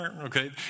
okay